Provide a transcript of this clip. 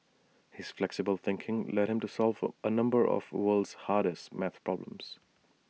his flexible thinking led him to solve A number of the world's hardest math problems